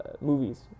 movies